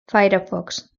firefox